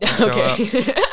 Okay